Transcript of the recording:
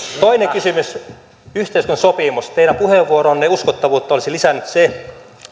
toinen kysymys yhteiskuntasopimus teidän puheenvuoronne uskottavuutta olisi lisännyt se